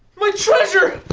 my treasure!